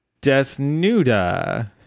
Desnuda